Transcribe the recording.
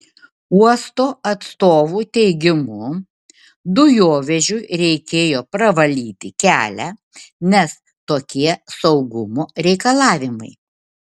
uosto atstovų teigimu dujovežiui reikėjo pravalyti kelią nes tokie saugumo reikalavimai